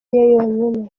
yonyine